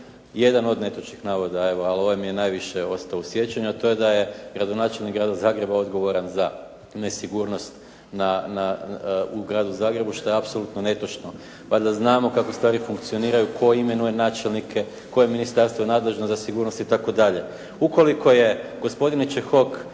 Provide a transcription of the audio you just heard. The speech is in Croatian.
jedan od netočnih navoda, evo, ali ovaj mi je najviše ostao u sjećanju, a to je da je gradonačelnik Grada Zagreba odgovoran za nesigurnost u Gradu Zagrebu, što je apsolutno netočno. Valjda znamo kako stvari funkcioniraju, tko imenuje načelnike, koje je ministarstvo nadležno za sigurnost itd. Ukoliko je gospodine Čehok